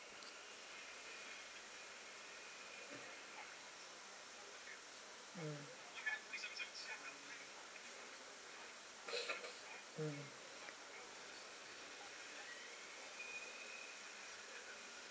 mm mm